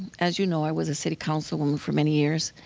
as you know, i was a city council woman for many years,